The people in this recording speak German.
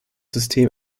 system